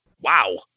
wow